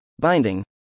binding